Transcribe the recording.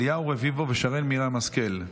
אליהו רביבו ושרן מרים השכל.